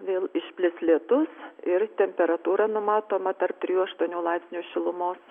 vėl išplis lietus ir temperatūra numatoma per trijų aštuonių laipsnius šilumos